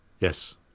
Yes